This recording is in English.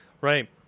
Right